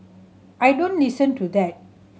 I don't listen to that